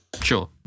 sure